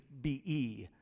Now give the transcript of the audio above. B-E